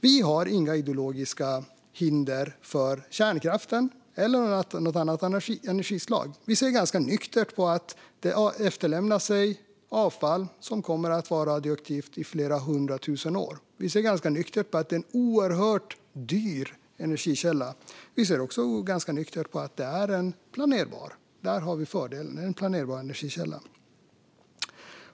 Vi ser inga ideologiska hinder för kärnkraften eller något annat energislag. Vi ser ganska nyktert på att kärnkraften efterlämnar avfall som kommer att vara radioaktivt i flera hundra tusen år. Vi ser ganska nyktert på att den är en oerhört dyr energikälla. Vi ser också ganska nyktert på att den är en planerbar energikälla. Där har vi fördelen.